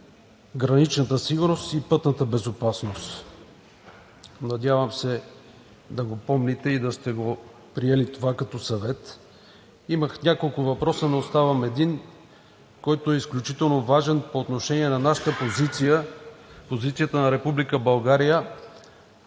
граничната сигурност и пътната безопасност. Надявам се да го помните и да сте го приел това като съвет. Имах няколко въпроса, но оставям един, който е изключително важен по отношение на нашата позиция – позицията на Република